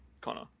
Connor